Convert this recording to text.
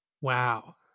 Wow